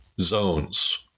zones